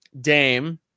dame